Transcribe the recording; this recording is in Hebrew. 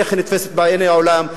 איך היא נתפסת בעיני העולם,